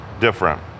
different